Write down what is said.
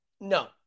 No